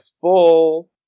full